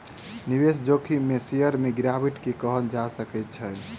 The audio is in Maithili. निवेश जोखिम में शेयर में गिरावट के कहल जा सकै छै